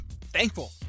thankful